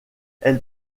elle